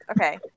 Okay